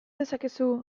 dezakezu